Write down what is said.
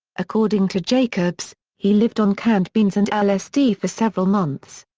according to jakobs, he lived on canned beans and lsd for several months.